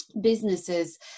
businesses